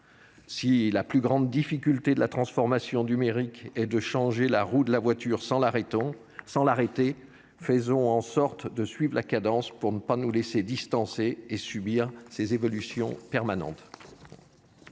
Si la plus grande difficulté de la transformation numérique est de changer la roue de la voiture sans l’arrêter, faisons en sorte de suivre la cadence pour ne pas nous laisser distancer et subir ses évolutions permanentes.